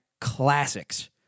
classics